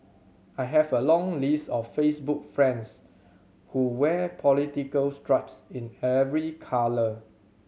I have a long list of Facebook friends who wear political stripes in every colour